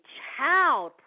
child